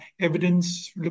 evidence